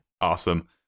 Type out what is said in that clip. Awesome